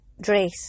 dress